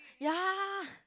ya